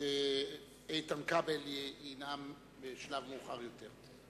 איתן כבל ינאם מאוחר יותר.